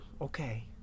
okay